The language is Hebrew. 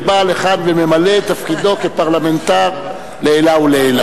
ובא לכאן וממלא את תפקידו כפרלמנטר לעילא ולעילא.